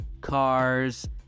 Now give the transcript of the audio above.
cars